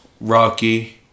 Rocky